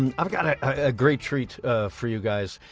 and i've got a great treat for you guys.